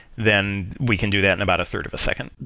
then we can do that in about a third of a second.